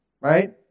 Right